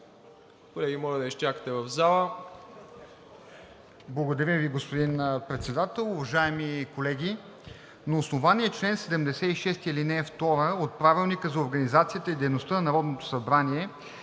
Благодаря Ви, господин Председател. Уважаеми колеги, на основание чл. 76, ал. 2 от Правилника за организацията и дейността на Народното събрание